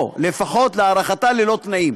או לפחות להארכתה ללא תנאים.